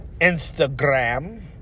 Instagram